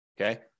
Okay